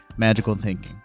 magicalthinking